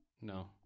No